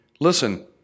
listen